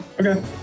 Okay